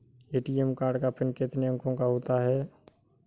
ATM card का PIN कितने अंकों का होता है?